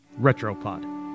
Retropod